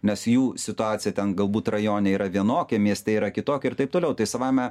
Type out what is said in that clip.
nes jų situacija ten galbūt rajone yra vienokia mieste yra kitokia ir taip toliau tai savaime